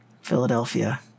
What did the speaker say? philadelphia